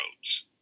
roads